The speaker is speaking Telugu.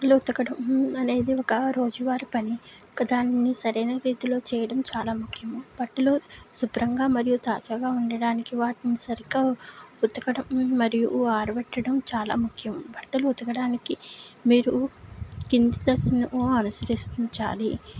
బట్టలు ఉతకడం అనేది ఒక రోజు వారి పని ఒకదానిని సరైన రీతిలో చేయడం చాలా ముఖ్యము వాటిలో శుభ్రంగా మరియు తాజాగా ఉండడానికి వాటిని సరిగా ఉతకడం మరియు ఆరబెట్టడం చాలా ముఖ్యం బట్టలు ఉతకడానికి మీరు కింద దశలను అనుసరించాలి